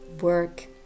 work